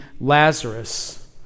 Lazarus